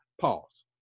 pause